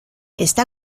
está